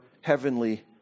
heavenly